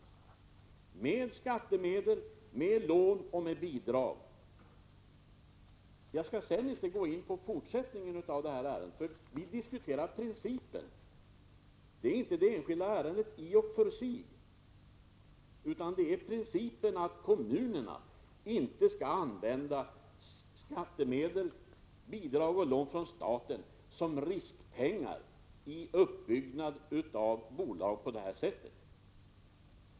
Detta har skett med skattemedel, med lån och med bidrag. Jag skall inte gå in på fortsättningen av ärendet, för vi diskuterar principen. Det är inte det enskilda ärendet i och för sig vi talar om, utan det gäller principen att kommunerna inte skall använda skattemedel, bidrag och lån från staten som riskpengar vid uppbyggnad av bolag på det här sättet.